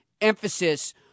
emphasis